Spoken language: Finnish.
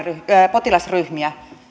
potilasryhmiä